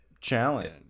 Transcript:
challenge